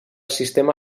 sistema